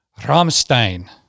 Rammstein